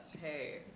Hey